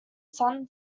son